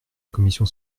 commission